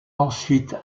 ensuite